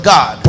God